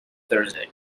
thursday